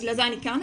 בגלל זה אני כאן.